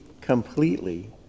completely